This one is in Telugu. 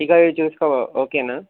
ఇదిగో ఇది చూసుకో బాబు ఓకేనా